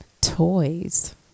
Toys